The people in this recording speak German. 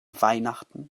weihnachten